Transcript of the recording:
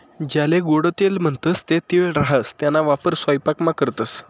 ज्याले गोडं तेल म्हणतंस ते तीळ राहास त्याना वापर सयपाकामा करतंस